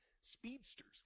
speedsters